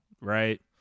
right